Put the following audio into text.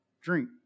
drink